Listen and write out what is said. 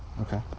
Okay